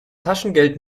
taschengeld